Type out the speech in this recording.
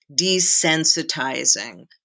desensitizing